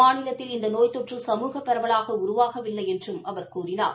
மாநிலத்தில் இந்த நோய் தொற்று சமூக பரவலாக உருவாகவில்லை என்றும் அவர் கூறினார்